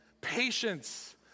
patience